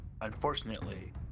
Unfortunately